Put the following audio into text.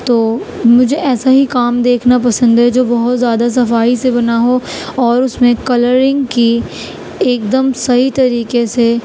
تو مجھے ایسا ہی کام دیکھنا پسند ہے جو بہت زیادہ صفائی سے بنا ہو اور اس میں کلرنگ کی ایک دم صحیح طریقے سے